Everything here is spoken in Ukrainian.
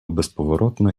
безповоротно